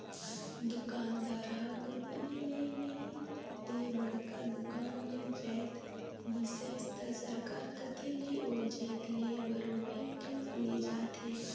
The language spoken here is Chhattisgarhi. दुकानदार ह कंपनी ले नइ ते बड़का दुकान ले जाएत बिसइस त सरकार कती ले ओ जाएत ले बरोबेर टेक्स ले जाथे